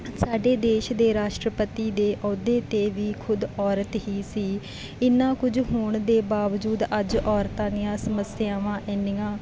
ਸਾਡੇ ਦੇਸ਼ ਦੇ ਰਾਸ਼ਟਰਪਤੀ ਦੇ ਅਹੁਦੇ 'ਤੇ ਵੀ ਖੁਦ ਔਰਤ ਹੀ ਸੀ ਇੰਨਾ ਕੁਝ ਹੋਣ ਦੇ ਬਾਵਜੂਦ ਅੱਜ ਔਰਤਾਂ ਦੀਆਂ ਸਮੱਸਿਆਵਾਂ ਇੰਨੀਆਂ